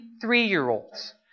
three-year-olds